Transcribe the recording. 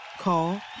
Call